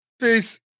Peace